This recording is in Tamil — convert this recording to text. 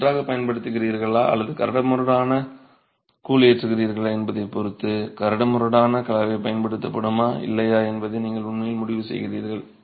நீங்கள் நன்றாகப் பயன்படுத்துகிறீர்களா அல்லது கரடுமுரடான கூழ் ஏற்றுகிறீர்களா என்பதைப் பொறுத்து கரடுமுரடான கலவை பயன்படுத்தப்படுமா இல்லையா என்பதை நீங்கள் உண்மையில் முடிவு செய்வீர்கள்